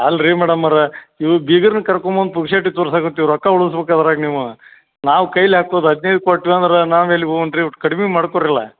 ಅಲ್ಲ ರಿ ಮೇಡಮ್ ಅವ್ರೇ ನೀವು ಬೀಗರ್ನ ಕರ್ಕೊಂಬಂದು ಪುಕ್ಕಟೆ ತೋರ್ಸಕತ್ತೀವಿ ರೊಕ್ಕ ಉಳ್ಸ್ಬೇಕ್ ಅದ್ರಾಗ ನೀವು ನಾವು ಕೈಲಿ ಹಾಕೋದ್ ಹದಿನೈದು ಕೊಟ್ವಿ ಅಂದ್ರೆ ನಾವು ಎಲ್ಲಿಗೆ ಹೋಗೋನ್ ರೀ ಕಡ್ಮೆ ಮಾಡ್ಕೊಳ್ರಲ್ಲ